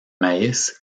maïs